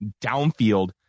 downfield